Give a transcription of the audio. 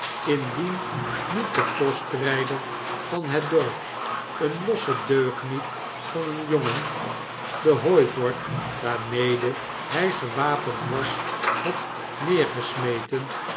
indien niet de postrijder van het dorp een losse deugniet van een jongen de iiooivork waarmede hij gewapend was had neergesmeten en